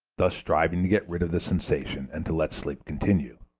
thus striving to get rid of the sensation and to let sleep continue.